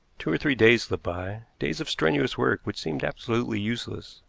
two or three days slipped by, days of strenuous work, which seemed absolutely useless,